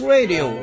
Radio